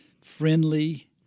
friendly